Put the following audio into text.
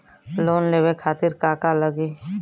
Loan लेवे खातीर का का लगी?